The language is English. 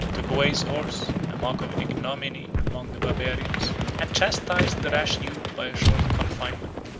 took away his horse, a mark of ignominy among the barbarians, and chastised the rash youth by a short confinement.